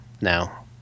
now